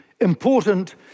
important